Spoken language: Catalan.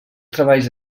treballs